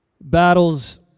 battles